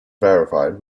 verified